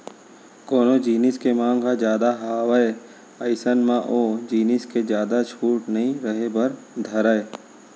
कोनो जिनिस के मांग ह जादा हावय अइसन म ओ जिनिस के जादा छूट नइ रहें बर धरय